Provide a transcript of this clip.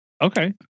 okay